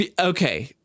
okay